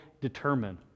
determine